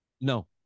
No